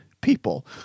people